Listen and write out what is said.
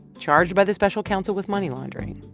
charged by the special counsel with money laundering,